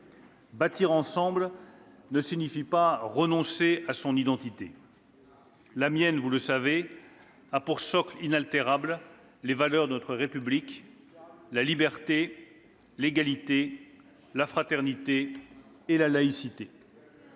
Bâtir ensemble ne signifie pas renoncer à son identité. La mienne, vous le savez, a pour socle inaltérable les valeurs de notre République : la liberté, l'égalité, la fraternité et la laïcité.